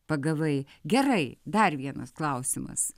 pagavai gerai dar vienas klausimas